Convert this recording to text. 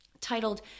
titled